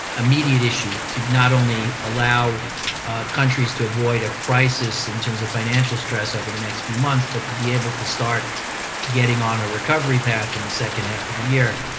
immediate issue, to not only allow countries to avoid a crisis in terms of financial stress over the next few months, but to be able to start getting on a recovery path in the second half of the year.